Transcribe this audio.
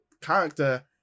character